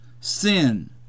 sin